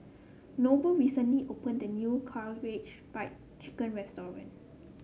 Noble recently opened a new Karaage Fried Chicken